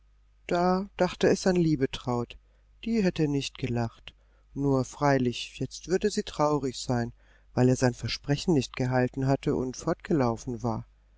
da dachte es an liebetraut die hätte nicht gelacht nur freilich jetzt würde sie traurig sein weil es sein versprechen nicht gehalten hatte und fortgelaufen war